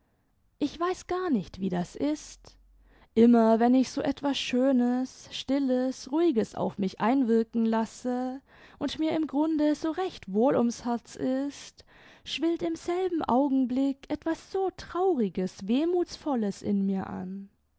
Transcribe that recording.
ich weiß gar nicht wie das ist immer wenn ich so etwas schönes stilles ruhiges auf mich einwirken lasse und mir im grunde so recht wohl ums herz ist schwillt im selben augenblick etwas so trauriges wehmutsvolles in mir an